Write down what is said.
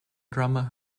drummer